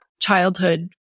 childhood